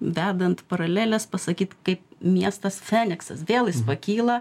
vedant paraleles pasakyt kai miestas feniksas vėl jis pakyla